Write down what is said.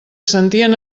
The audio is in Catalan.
sentien